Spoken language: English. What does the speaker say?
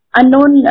unknown